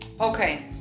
Okay